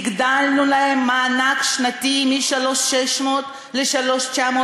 הגדלנו להם את המענק השנתי מ-3,600 ל-3,960,